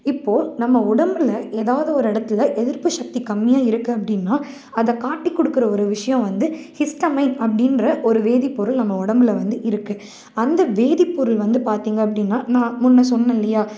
இப்போது நம்ம உடலில் ஏதாவது ஒரு இடத்துல எதிர்ப்பு சக்தி கம்மியாக இருக்துகு அப்படினா அதை காட்டிக்கொடுக்குற ஒரு விஷயம் வந்து ஹிஸ்டமின் அப்படின்ற ஒரு வேதிப்பொருள் நம்ம உடம்புல வந்து இருக்குது அந்த வேதிப்பொருள் வந்து பார்த்திங்க அப்படினா நான் முன்னே சொன்னேன் இல்லையா